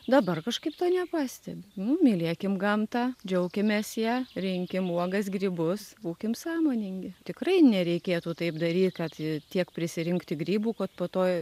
dabar kažkaip to nepastebiu nu mylėkim gamtą džiaukimės ja rinkim uogas grybus būkim sąmoningi tikrai nereikėtų taip daryt kad tiek prisirinkti grybų kad po to